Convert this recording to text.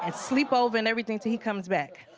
and sleep over and everything till he comes back.